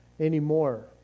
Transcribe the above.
anymore